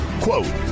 Quote